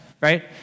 right